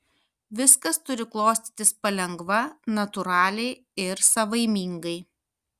viskas turi klostytis palengva natūraliai ir savaimingai